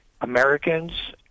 Americans